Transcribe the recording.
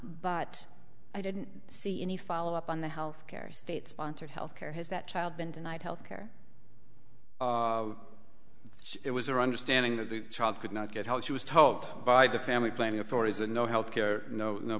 but i didn't see any follow up on the health care state sponsored health care has that child been denied health care it was their understanding of the child could not get how she was told by the family planning authorities and no health care no